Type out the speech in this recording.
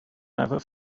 never